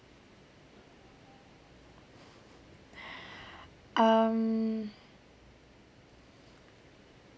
um